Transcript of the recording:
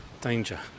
Danger